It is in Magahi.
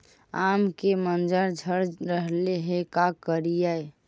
आम के मंजर झड़ रहले हे का करियै?